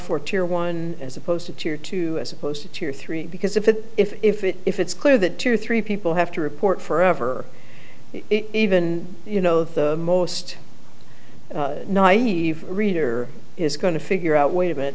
for tear one as opposed to tear two as opposed to tier three because if it if if if if it's clear that two or three people have to report forever it even you know the most naive reader is going to figure out wait a